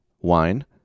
wine